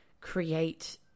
create